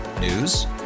news